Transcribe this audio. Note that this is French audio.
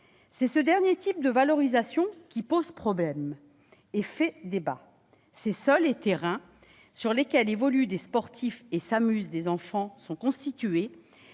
C'est ce dernier type de valorisation qui pose problème et fait débat. Ces sols et terrains sur lesquels évoluent des sportifs et s'amusent des enfants sont constitués